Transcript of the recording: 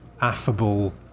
affable